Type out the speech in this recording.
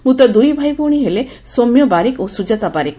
ମୃତ ଦୁଇ ଭାଇଉଭଣୀ ହେଲେ ସୌମ୍ୟ ବାରିକ ଓ ସୁଜାତା ବାରିକ